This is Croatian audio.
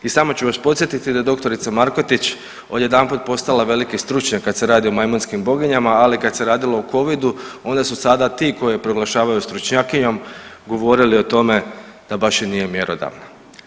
I samo ću vas podsjetiti da je dr. Markotić odjedanput postala veliki stručnjak kada se radi o majmunskim boginjama, ali kada se radilo o covidu onda su sada ti koji je proglašavaju stručnjakinjom govorili o tome da baš i nije mjerodavna.